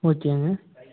ஓகேங்க